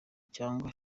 cyangwa